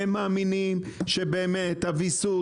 הם מאמינים שבאמת הוויסות,